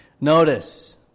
Notice